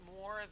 more